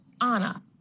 Anna